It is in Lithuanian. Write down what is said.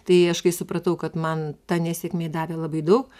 tai aš kai supratau kad man ta nesėkmė davė labai daug